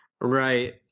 Right